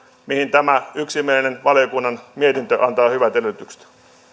mihin tämä yksimielinen valiokunnan mietintö antaa hyvät edellytykset